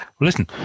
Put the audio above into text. Listen